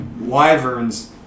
Wyverns